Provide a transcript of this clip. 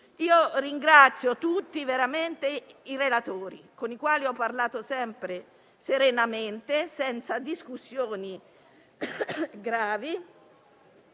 Ringrazio tutti i relatori, con i quali ho parlato sempre serenamente, senza discussioni gravi.